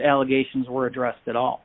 allegations were addressed in all